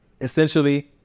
Essentially